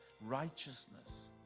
righteousness